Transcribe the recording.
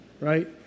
right